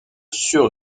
sur